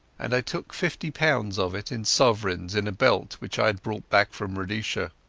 and i took fifty pounds of it in sovereigns in a belt which i had brought back from rhodesia.